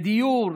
בדיור,